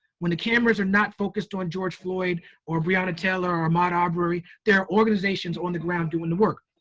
when the cameras are not focused on george floyd or breonna taylor or ahmaud arbery, there are organizations on the ground doing the work.